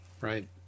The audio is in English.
right